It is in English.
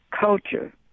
culture